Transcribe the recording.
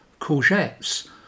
Courgettes